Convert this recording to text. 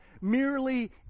merely